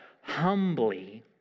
humbly